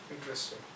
Interesting